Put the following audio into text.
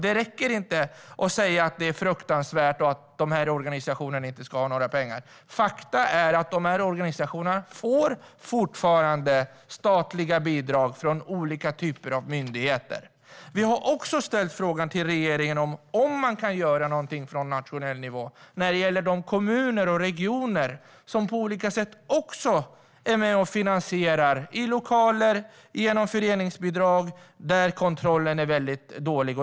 Det räcker inte att säga att det är fruktansvärt och att de här organisationerna inte ska ha några pengar. Faktum är att de organisationerna fortfarande får statliga bidrag från olika typer av myndigheter. Vi har också frågat regeringen om man kan göra någonting från nationell nivå när det gäller de kommuner och regioner som på olika sätt är med och finansierar, med lokaler och föreningsbidrag, och där kontrollen är dålig.